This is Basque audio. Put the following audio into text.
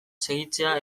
segitzea